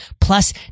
Plus